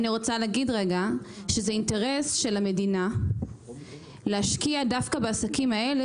אני רוצה להגיד שזה אינטרס של המדינה להשקיע דווקא בעסקים האלה,